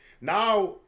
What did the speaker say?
now